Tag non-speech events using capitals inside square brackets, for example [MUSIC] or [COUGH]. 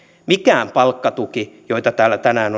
mikään palkkatuki jota täällä tänään [UNINTELLIGIBLE]